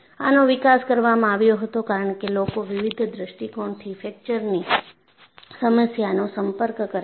આનો વિકાસ કરવામાં આવ્યો હતો કારણ કે લોકો વિવિધ દ્રષ્ટિકોણથી ફ્રેકચરની સમસ્યાનો સંપર્ક કરે છે